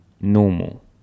normal